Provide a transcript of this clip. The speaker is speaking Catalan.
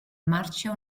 marxa